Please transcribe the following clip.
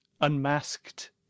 unmasked